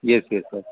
yes yes स